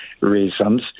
reasons